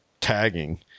tagging